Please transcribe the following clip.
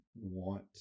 want